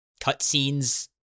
cutscenes